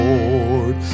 Lord